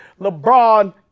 LeBron